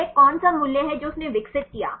वह कौन सा मूल्य है जो उसने विकसित किया है